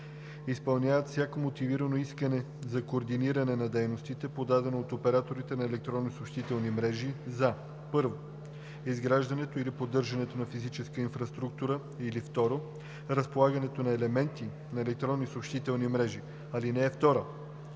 изпълняват всяко мотивирано искане за координиране на дейностите, подадено от операторите на електронни съобщителни мрежи за: 1. изграждането или поддържането на физическа инфраструктура, или 2. разполагането на елементи на електронни съобщителни мрежи. (2) Предимство